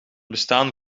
bestaan